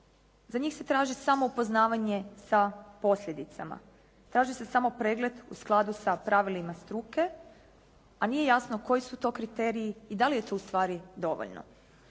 Za njih se traži samo upoznavanje sa posljedicama. Traži se samo pregled u skladu sa pravilima struke, a nije jasno koji su to kriteriji i da li je to ustvari dovoljno.